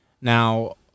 now